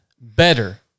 better